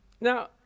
Now